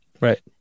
Right